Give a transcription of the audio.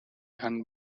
and